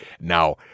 Now